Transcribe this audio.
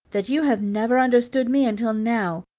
that you have never understood me until now?